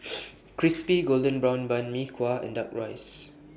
Crispy Golden Brown Bun Mee Kuah and Duck Rice